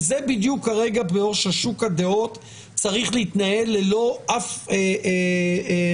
זה בדיוק הרגע ששוק הדעות צריך להתנהל ללא אף רגולציה,